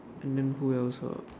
and then who else ah